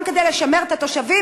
גם כדי לשמר את התושבים,